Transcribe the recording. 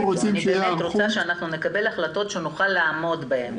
אני רוצה שנקבל החלטות שיוכלו לעמוד בהן.